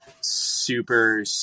super